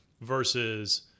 versus